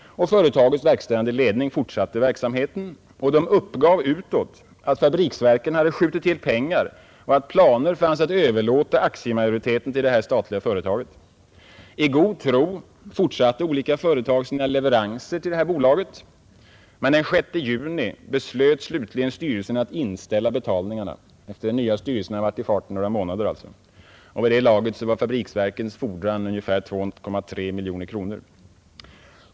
Företagets verkställande ledning fortsatte verksamheten och uppgav utåt, att Fabriksverken hade skjutit till pengar och att planer fanns att överlåta aktiemajoriteten till detta statliga företag. I god tro fortsatte olika företag sina leveranser till det här bolaget. Men den 6 juni beslöt slutligen styrelsen att inställa betalningarna — sedan den nya styrelsen alltså varit i farten några månader. Vid det laget var Fabriksverkens fordran ungefär 2,3 miljoner kronor.